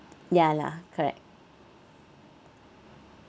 ya lah correct